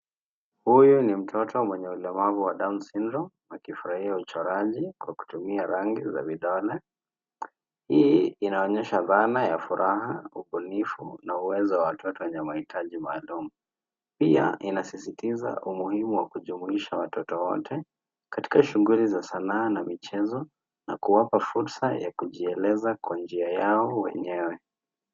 Huyu ni mtoto mwenye ulemavu wa down syndrome akifurahia uchoraji kwa kutumia rangi za vidole. Hii inaonyesha dhana ya furaha, ubunivu na uwezo wa watoto wenye mahitaji maalum. Pia inazizitisha umuhimu wa kujumuisha watoto wote katika shughuli za sanaa na michezo na kuwapa fursa ya kujieleza kwa njia yao wenyewe.